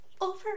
Over